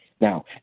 Now